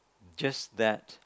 just that